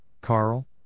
Carl